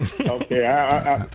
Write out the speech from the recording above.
Okay